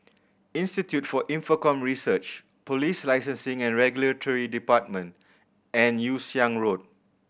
Institute for Infocomm Research Police Licensing and Regulatory Department and Yew Siang Road